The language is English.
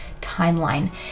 timeline